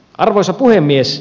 arvoisa puhemies